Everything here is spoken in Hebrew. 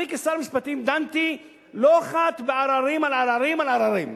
אני כשר המשפטים דנתי לא אחת בעררים על עררים על עררים.